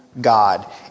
God